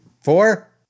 Four